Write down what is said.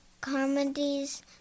Carmody's